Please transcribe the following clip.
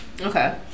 okay